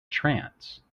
trance